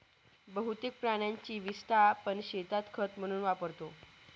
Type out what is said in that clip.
बहुतेक प्राण्यांची विस्टा आपण शेतात खत म्हणून वापरतो